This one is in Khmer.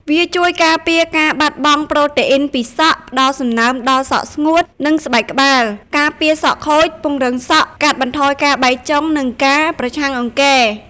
វាជួយការពារការបាត់បង់ប្រូតេអ៊ីនពីសក់ ផ្តល់សំណើមដល់សក់ស្ងួត និងស្បែកក្បាល ការពារសក់ខូច ពង្រឹងសក់ កាត់បន្ថយការបែកចុង និងប្រឆាំងអង្គែរ។